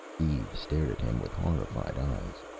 eve stared at him with horrified eyes.